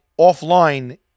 offline